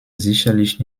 sicherlich